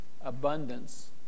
abundance